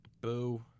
boo